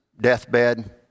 deathbed